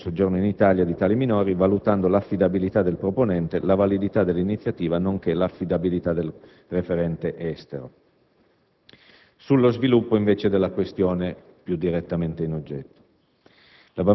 per l'ingresso ed il soggiorno in Italia di tali minori, valutando l'affidabilità del proponente, la validità dell'iniziativa, nonché l'affidabilità del referente estero. Passo ora allo sviluppo della questione più direttamente in oggetto.